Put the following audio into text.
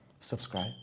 subscribe